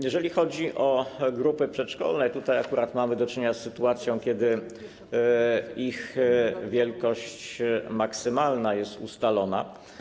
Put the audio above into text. Jeżeli chodzi o grupy przedszkolne, tutaj akurat mamy do czynienia z sytuacją, kiedy ich wielkość maksymalna jest ustalona.